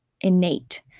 innate